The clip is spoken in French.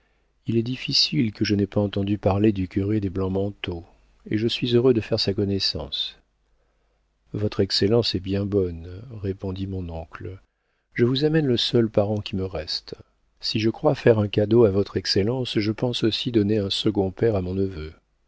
il est difficile que je n'aie pas entendu parler du curé des blancs-manteaux et je suis heureux de faire sa connaissance votre excellence est bien bonne répondit mon oncle je vous amène le seul parent qui me reste si je crois faire un cadeau à votre excellence je pense aussi donner un second père à mon neveu